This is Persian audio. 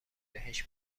بهشت